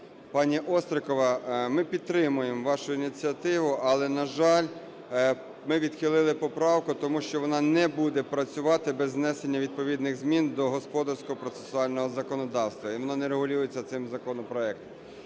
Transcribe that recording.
Пані Острікова, ми підтримуємо вашу ініціативу, але, на жаль, ми відхилили поправку, тому що вона не буде працювати без внесення відповідних змін до господарсько-процесуального законодавства, і воно не регулюється цим законопроектом.